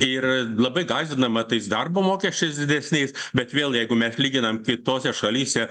ir labai gąsdinama tais darbo mokesčiais didesniais bet vėl jeigu mes lyginam kitose šalyse